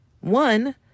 One